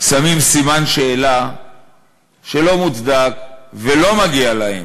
שמים סימן שאלה לא מוצדק, ולא מגיע להם,